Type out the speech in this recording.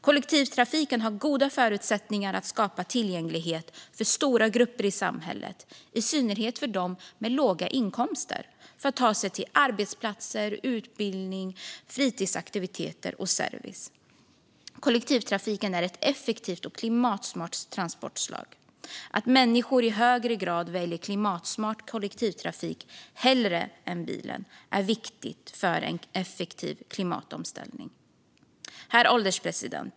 Kollektivtrafiken har goda förutsättningar att skapa tillgänglighet för stora grupper i samhället - i synnerhet för dem med låga inkomster. Det handlar om att ta sig till arbetsplatser, utbildning, fritidsaktiviteter och service. Kollektivtrafiken är ett effektivt och klimatsmart transportslag. Att människor i högre grad väljer klimatsmart kollektivtrafik framför bilen är viktigt för en effektiv klimatomställning. Herr ålderspresident!